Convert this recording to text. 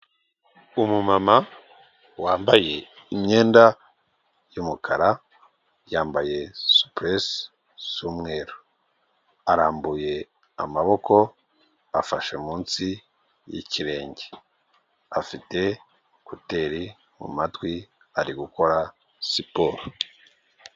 Umumama wambaye imyenda y'umukara yambaye supuresi z'umweru arambuye amaboko afashe munsi y'ikirenge afite kuteri mumatwi ari gukora siporo.